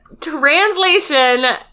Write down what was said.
Translation